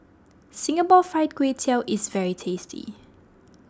Singapore Fried Kway Tiao is very tasty